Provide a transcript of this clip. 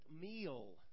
meal